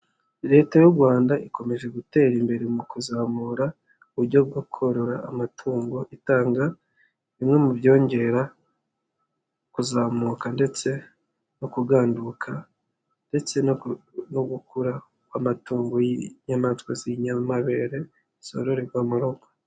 Leta y'u rwanda ikomeje gutera imbere mu kuzamura uburyo bwo korora amatungo, itanga bimwe mu byongera kuzamuka ndetse no kuganduka ndetse no gukura kw'amatongo y'inyamaswa z'inyamabere, zororerwa mu rugo.